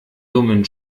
dummen